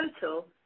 total